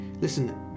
Listen